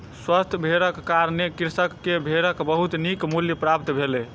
स्वस्थ भेड़क कारणें कृषक के भेड़क बहुत नीक मूल्य प्राप्त भेलै